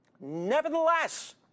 Nevertheless